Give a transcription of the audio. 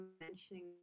mentioning